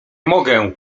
mogę